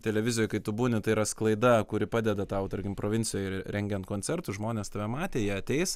televizijoj kai tu būni tai yra sklaida kuri padeda tau tarkim provincijoj ir rengiant koncertus žmonės tave matė jie ateis